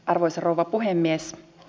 arvoisa rouva puhemies